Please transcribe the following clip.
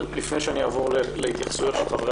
אבל לפני שאעבור להתייחסויות של חברי